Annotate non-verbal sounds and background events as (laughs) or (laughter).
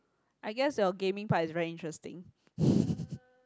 I guess your gaming part is very interesting (laughs)